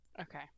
Okay